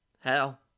Hell